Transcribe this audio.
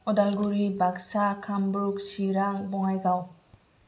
Udalguri Baksa Kamrup Chirang Bongaigaon